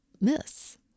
miss